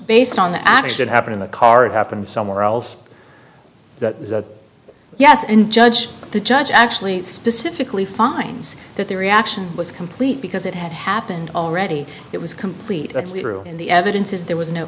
based on the accident happened in the car it happened somewhere else yes and judge the judge actually specifically finds that the reaction was complete because it had happened already it was completely true and the evidence is there was